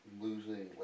losing